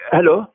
Hello